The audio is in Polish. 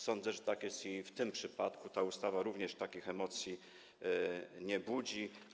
Sądzę, że tak jest i w tym przypadku, ta ustawa również takich emocji nie budzi.